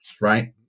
right